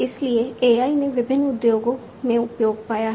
इसलिए AI ने विभिन्न उद्योगों में उपयोग पाया है